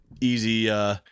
easy